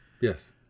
Yes